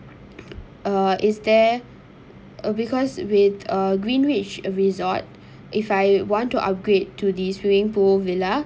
uh is there uh because with a greenridge resort if I want to upgrade to the swimming pool villa